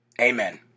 amen